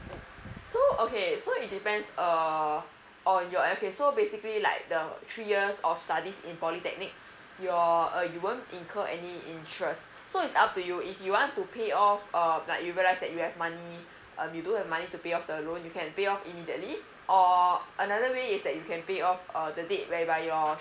so okay so it depends uh or your okay so basically like the three years of studies in polytechnic you're uh you won't incur any interest so it's up to you if you want to pay off or like you realize that you have money um you do have money to pay off the loan you can pay off immediately or another way is that you can pay off uh the date whereby your